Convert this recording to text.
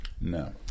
No